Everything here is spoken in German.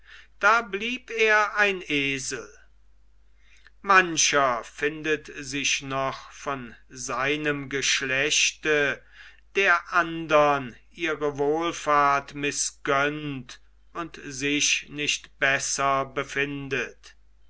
da blieb er ein esel mancher findet sich noch von seinem geschlechte der andern ihre wohlfahrt mißgönnt und sich nicht besser befindet